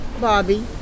Bobby